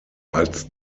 als